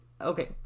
Okay